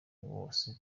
wose